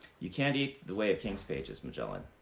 you can't eat the way of kings pages, magellan.